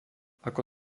ako